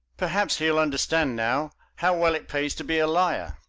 perhaps he'll understand now how well it pays to be a liar!